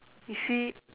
you see